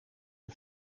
een